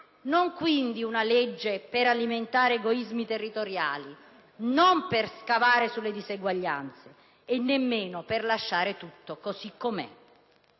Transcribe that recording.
Non quindi una legge per alimentare egoismi territoriali, non per scavare sulle disuguaglianze e nemmeno per lasciare tutto così com'è.